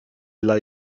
dla